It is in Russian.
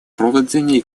проведения